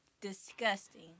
Disgusting